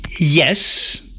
Yes